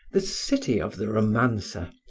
the city of the romancer,